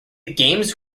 games